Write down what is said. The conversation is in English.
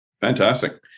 Fantastic